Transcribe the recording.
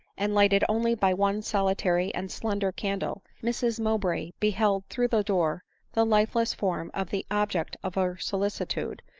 and lighted only by one solitary and slender can dle, mrs mowbray beheld through the door the lifeless form of the object of her solicitude,